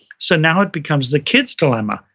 so now it becomes the kid's dilemma.